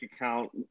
account